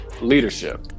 leadership